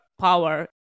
power